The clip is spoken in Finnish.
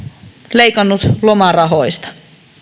leikannut myös lomarahoista